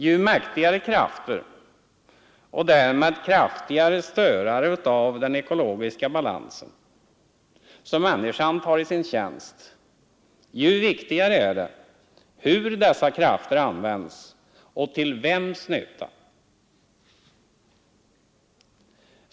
Ju mäktigare krafter — och därmed kraftigare störare av den ekologiska balansen — som människan tar i sin tjänst, ju viktigare är det hur dessa krafter används och till vems nytta.